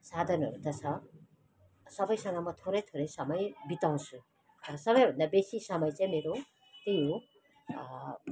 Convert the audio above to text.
साधनहरू त छ सबैसँग म थोरै थोरै समय बिताउँछु सबैभन्दा बेसी समय चाहिँ मेरो त्यही हो